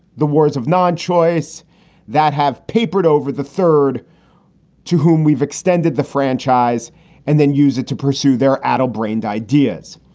the wars of non choice that have papered over the third to whom we've extended the franchise and then use it to pursue their addle brained ideas,